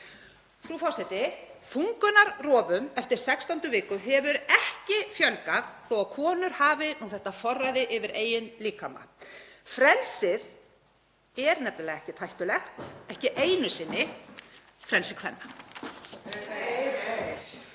Frú forseti. Þungunarrofum eftir 16. viku hefur ekki fjölgað þó að konur hafi nú þetta forræði yfir eigin líkama. Frelsið er nefnilega ekkert hættulegt, ekki einu sinni frelsi kvenna.